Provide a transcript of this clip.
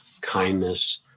kindness